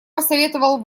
посоветовал